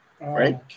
right